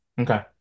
Okay